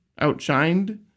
outshined